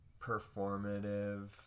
performative